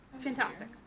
Fantastic